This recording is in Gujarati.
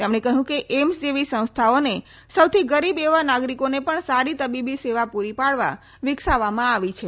તેમણે કહ્યું કે એઇમ્સ જેવી સંસ્થાઓને સૌથી ગરીબ એવા નાગરિકોને પણ સારી તબીબી સેવા પુરી પાડવા વિકસાવવામાં આવી છે